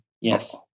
yes